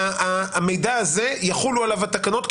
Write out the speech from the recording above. המידע הזה יחולו עליו התקנות,